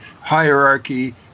hierarchy